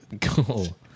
cool